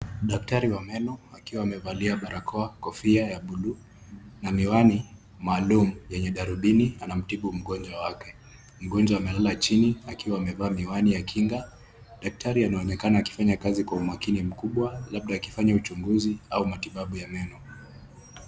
Daktari wa meno akiwa amevalia barakoa, kofia ya bluu na miwani maalum yenye darubini anamtibu mgonjwa wake. Mgonjwa amelala chini akiwa amevaa miwani ya kinga. Daktari anaonekana akifanya kazi kwa umakini mkubwa, labda akifanya uchunguzi au matibabu ya meno.